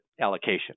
allocation